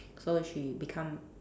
so if she become